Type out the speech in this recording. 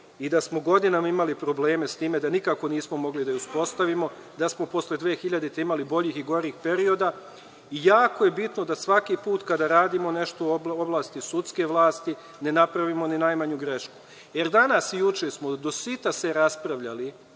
i da smo godinama imali probleme sa tim, nikako nismo mogli da je uspostavimo, da smo posle 2000. godine imali boljih i gorih perioda i jako je bitno da svaki put kada radimo nešto iz oblasti sudske vlasti ne napravimo ni najmanju grešku. Danas i juče smo do sita se raspravljali